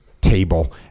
table